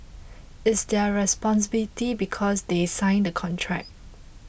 it's their responsibility because they sign the contract